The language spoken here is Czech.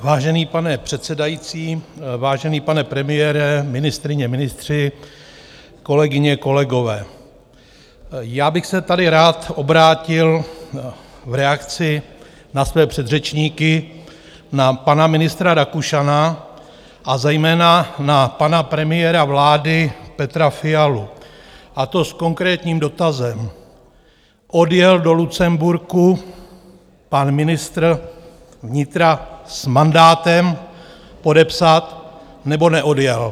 Vážený pane předsedající, vážený pane premiére, ministryně, ministři, kolegyně, kolegové, já bych se tady rád obrátil v reakci na své předřečníky na pana ministra Rakušana a zejména na pana premiéra vlády Petra Fialu, a to s konkrétním dotazem: Odjel do Lucemburku pan ministr vnitra s mandátem podepsat, nebo neodjel?